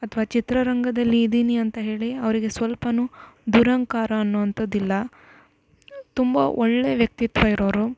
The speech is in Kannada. ಅಥವಾ ಚಿತ್ರರಂಗದಲ್ಲಿ ಇದ್ದೀನಿ ಅಂತ ಹೇಳಿ ಅವರಿಗೆ ಸ್ವಲ್ಪನೂ ದುರಹಂಕಾರ ಅನ್ನುವಂಥದ್ದು ಇಲ್ಲ ತುಂಬ ಒಳ್ಳೆಯ ವ್ಯಕ್ತಿತ್ವ ಇರೋವ್ರು